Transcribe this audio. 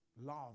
love